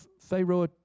Pharaoh